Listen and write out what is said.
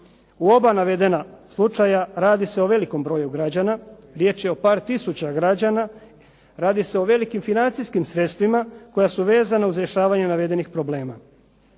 U oba navedena slučaja radi se o velikom broju građana. Riječ je o par tisuća građana. Radi se o velikim financijskim sredstvima koja su vezana uz rješavanje navedenih problema.